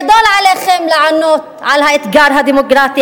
גדול עליכם לענות על האתגר הדמוקרטי,